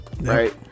Right